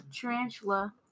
tarantula